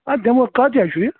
اَدٕ دِمہو کتھ جایہِ چھُ یہِ